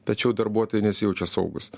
tačiau darbuotojai nesijaučia saugūs